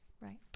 right